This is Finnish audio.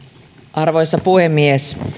arvoisa puhemies